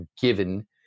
given